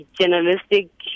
journalistic